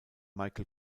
michael